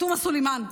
תומא סלימאן.